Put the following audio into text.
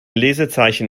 lesezeichen